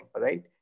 right